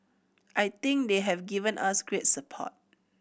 I think they have given us great support